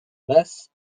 basse